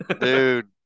Dude